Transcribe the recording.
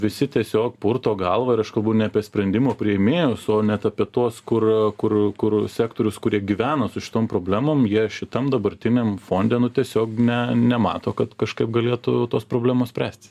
visi tiesiog purto galvą ir aš kalbu ne apie sprendimų priėmėjus o net apie tuos kur kur kur sektorius kurie gyvena su šitom problemom jie šitam dabartiniam fonde nu tiesiog ne nemato kad kažkaip galėtų tos problemos spręstis